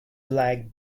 black